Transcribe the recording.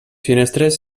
finestres